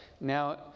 Now